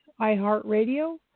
iHeartRadio